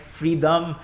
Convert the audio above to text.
freedom